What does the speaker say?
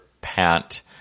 pant